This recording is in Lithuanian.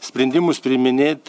sprendimus priiminėt